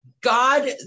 God